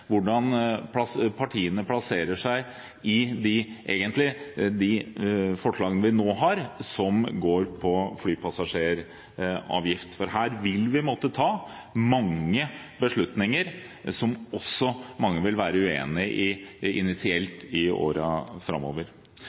hvordan partiene plasserer seg når det gjelder de forslagene vi nå har, som handler om flypassasjeravgift. Her vil vi måtte ta mange beslutninger som også mange initielt vil være uenig i, i årene framover.